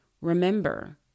remember